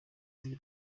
sie